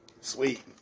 sweet